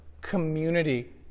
community